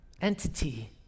entity